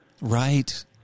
Right